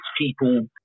people